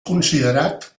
considerat